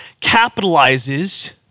capitalizes